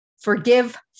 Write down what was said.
Forgive